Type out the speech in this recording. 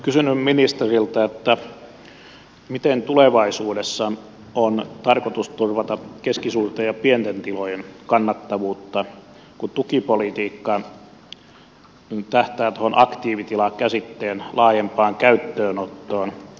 olisin kysynyt ministeriltä miten tulevaisuudessa on tarkoitus turvata keskisuurten ja pienten tilojen kannattavuutta kun tukipolitiikka tähtää aktiivitila käsitteen laajempaan käyttöönottoon